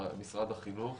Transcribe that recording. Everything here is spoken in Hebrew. משרד החינוך,